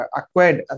acquired